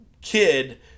kid